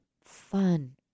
fun